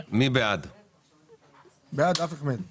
כל אחד אמר: "מה פתאום שאתן לשני משלי,